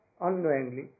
unknowingly